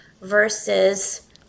versus